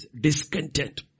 Discontent